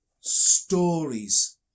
stories